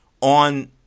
on